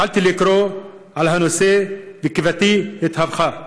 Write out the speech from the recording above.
התחלתי לקרוא על הנושא, וקיבתי התהפכה.